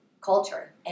culture